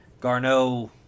Garneau